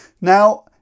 Now